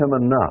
enough